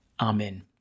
Amen